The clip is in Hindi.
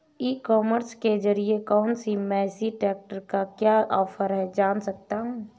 ई कॉमर्स के ज़रिए क्या मैं मेसी ट्रैक्टर का क्या ऑफर है जान सकता हूँ?